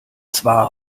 zwar